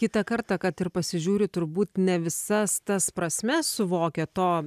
kitą kartą kad ir pasižiūri turbūt ne visas tas prasmes suvokia to